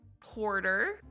Porter